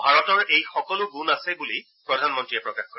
ভাৰতৰ এই সকলো গুণ আছে বুলি প্ৰধানমন্ত্ৰীয়ে প্ৰকাশ কৰে